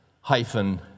hyphen